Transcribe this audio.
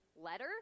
letter